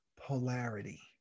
polarity